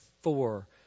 four